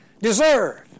deserve